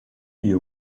you